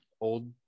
old